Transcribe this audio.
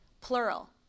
plural